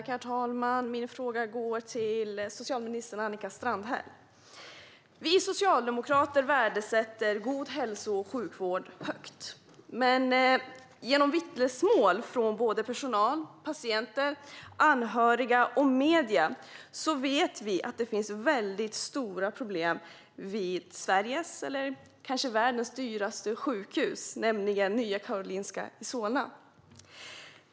Herr talman! Min fråga går till socialminister Annika Strandhäll. Vi socialdemokrater värdesätter god hälso och sjukvård högt. Men genom vittnesmål från personal, patienter, anhöriga och medier vet vi att det finns väldigt stora problem vid Sveriges och kanske världens dyraste sjukhus, Nya Karolinska i Solna.